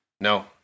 No